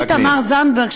לחברתי תמר זנדברג,